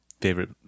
Favorite